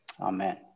amen